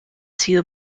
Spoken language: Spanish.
sido